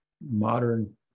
modern